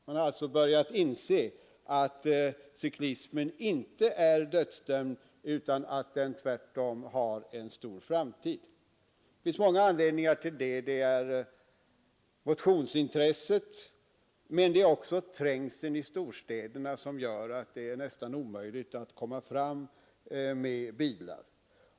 Man har alltså börjat inse att cyklismen inte är dödsdömd utan att den tvärtom har en stor framtid. Det finns många anledningar till detta. Det är motionsintresset, men det är också trängseln i storstäderna som gör att det är nästan omöjligt att komma fram med bilar.